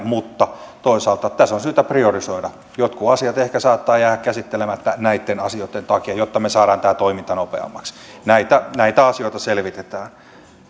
mutta toisaalta tässä on syytä priorisoida jotkut asiat ehkä saattavat jäädä käsittelemättä näitten asioitten takia jotta me saamme tämän toiminnan nopeammaksi näitä näitä asioita selvitetään